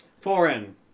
Foreign